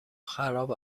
خراب